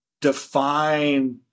define